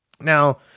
Now